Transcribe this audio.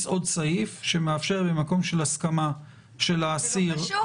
עוד סעיף שמאפשר במקום של הסכמה של האסיר --- זה לא קשור.